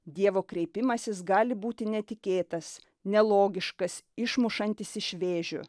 dievo kreipimasis gali būti netikėtas nelogiškas išmušantis iš vėžių